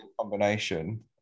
Combination